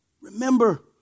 Remember